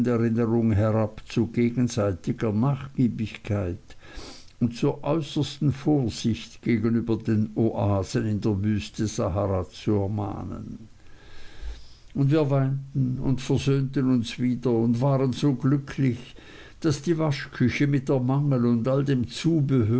jugenderinnerung herab zu gegenseitiger nachgiebigkeit und zur äußersten vorsicht gegenüber den oasen in der wüste sahara zu ermahnen und wir weinten und versöhnten uns wieder und waren so glücklich daß die waschküche mit der mangel und all dem zubehör